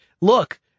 look